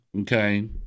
okay